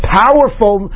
powerful